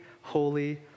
holy